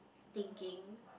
thinking